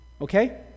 okay